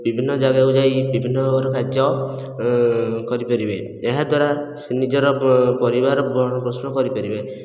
ବିଭିନ୍ନ ଜାଗାକୁ ଯାଇ ବିଭିନ୍ନ କାର୍ଯ୍ୟ କରିପାରିବେ ଏହା ଦ୍ୱାରା ସେ ନିଜର ପରିବାର ପୋଷଣ କରିପାରିବେ